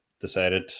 decided